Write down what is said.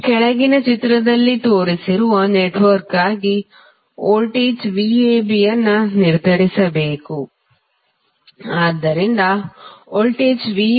ಕೆಳಗಿನ ಚಿತ್ರದಲ್ಲಿ ತೋರಿಸಿರುವ ನೆಟ್ವರ್ಕ್ಗಾಗಿ ವೋಲ್ಟೇಜ್ VAB ಅನ್ನು ನಿರ್ಧರಿಸಬೇಕು ಆದ್ದರಿಂದ ವೋಲ್ಟೇಜ್ VAB ಎಂದರೆ VA VB